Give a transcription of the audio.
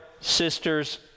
sisters